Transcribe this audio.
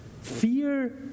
Fear